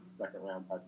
second-round